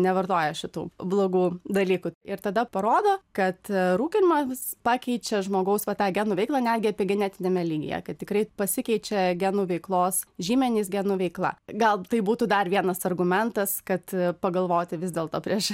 nevartoja šitų blogų dalykų ir tada parodo kad rūkymas pakeičia žmogaus va tą genų veiklą netgi epigenetiniame lygyje kad tikrai pasikeičia genų veiklos žymenys genų veikla gal tai būtų dar vienas argumentas kad pagalvoti vis dėlto prieš